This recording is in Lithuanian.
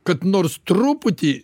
kad nors truputį